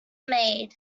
maid